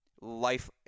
life